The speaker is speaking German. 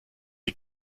die